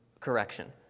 correction